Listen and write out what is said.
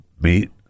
meat